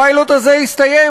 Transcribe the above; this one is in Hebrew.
הפיילוט הזה הסתיים,